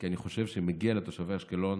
כי אני חושב שמגיע לתושבי אשקלון